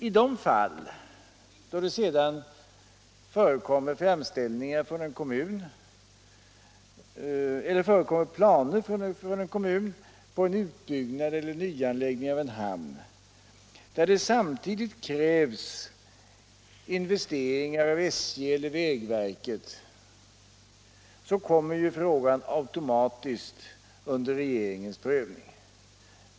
I de fall då det sedan förekommer planer från en kommun på en utbyggnad eller nyanläggning av en hamn, där det samtidigt krävs investeringar av SJ eller vägverket, så kommer ju frågan automatiskt under regeringens prövning.